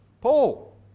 Paul